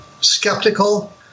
skeptical